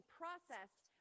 processed